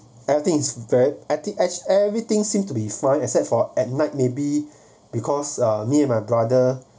everything is very e~ everything seemed to be fine except for at night maybe because uh me and my brother